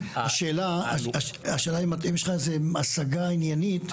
השאלה אם יש לך איזושהי השגה עניינית?